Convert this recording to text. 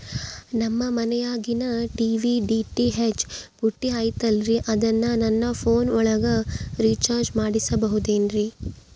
ನಮ್ಮ ಮನಿಯಾಗಿನ TV DTH ಪುಟ್ಟಿ ಐತಲ್ರೇ ಅದನ್ನ ನನ್ನ ಪೋನ್ ಒಳಗ ರೇಚಾರ್ಜ ಮಾಡಸಿಬಹುದೇನ್ರಿ?